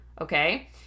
okay